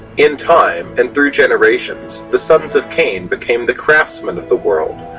in time and through generations, the sons of cain became the craftsmen of the world,